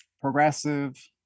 progressive